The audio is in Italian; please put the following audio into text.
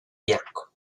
bianco